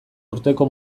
urteko